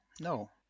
No